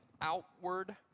outward